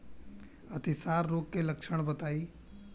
अतिसार रोग के लक्षण बताई?